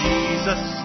Jesus